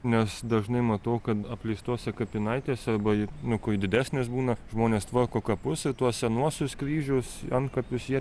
nes dažnai matau kad apleistose kapinaitėse arba nu kur didesnės būna žmonės tvarko kapus ir tuos senuosius kryžius antkapius jie